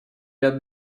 ряд